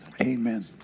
Amen